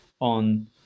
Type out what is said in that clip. on